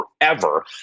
forever